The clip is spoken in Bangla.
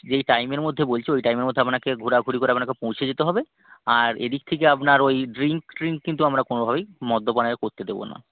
যেই টাইমের মধ্যে বলছি ঐ টাইমের মধ্যে আপনাকে ঘোরাঘুরি করে আপনাকে পৌঁছে যেতে হবে আর এদিক থেকে আপনার ঐ ড্রিঙ্ক ট্রিঙ্ক কিন্তু আমরা কোনোভাবেই মদ্যপানের করতে দেব না